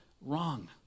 wrong